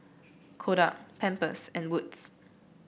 Kodak Pampers and Wood's